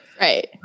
Right